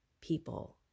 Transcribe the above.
people